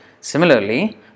Similarly